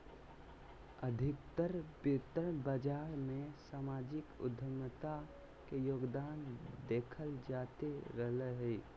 अधिकतर वित्त बाजार मे सामाजिक उद्यमिता के योगदान देखल जाते रहलय हें